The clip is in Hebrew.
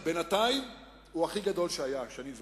בינתיים הוא הכי גדול שהיה, שאני זוכר.